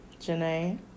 Janae